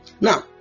Now